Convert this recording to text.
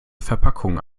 verpackung